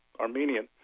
armenian